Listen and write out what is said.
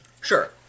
Sure